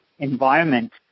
Environment